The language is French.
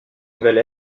nouvelle